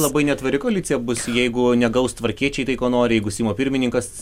labai netvari koalicija bus jeigu negaus tvarkiečiai tai ko nori jeigu seimo pirmininkas